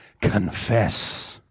Confess